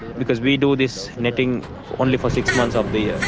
because we do this netting only for six months of the year.